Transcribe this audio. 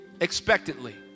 expectantly